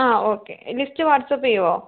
ആ okay list WhatsApp ചെയ്യുമോ